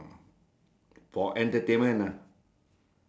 the flag is a down to the left of the bird